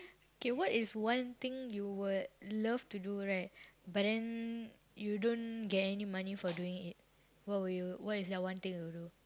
okay what is one thing you would love to do right but then you don't get any money for doing it what will you what is the one thing that you would do